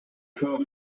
two